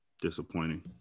Disappointing